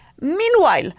Meanwhile